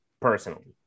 Personally